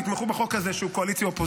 תתמכו בחוק הזה, שהוא קואליציה-אופוזיציה.